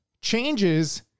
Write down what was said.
changes